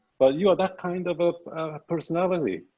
but you are that kind of of personality.